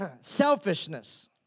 selfishness